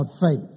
faith